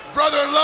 Brother